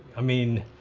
i mean,